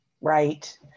right